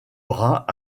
bras